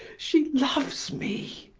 she loves me!